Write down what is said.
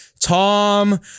Tom